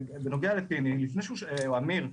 בנוגע לפיני שני או אמיר הלוי,